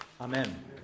Amen